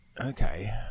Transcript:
Okay